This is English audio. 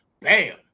bam